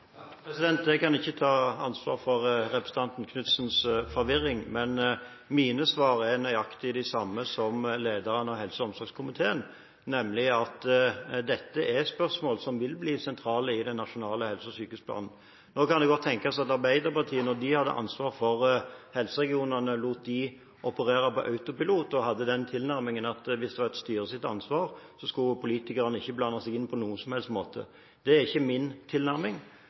Jeg kan ikke ta ansvar for representanten Knutsens forvirring, men mine svar er nøyaktig de samme som lederen av helse- og omsorgskomiteens, nemlig at dette er spørsmål som vil bli sentrale i den nasjonale helse- og sykehusplanen. Nå kan det godt tenkes at Arbeiderpartiet, da de hadde ansvar for helseregionene, lot dem operere på autopilot og hadde den tilnærmingen at hvis det var et styres ansvar, skulle politikerne ikke blande seg inn på noen som helst måte. Det er ikke min tilnærming.